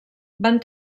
van